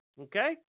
Okay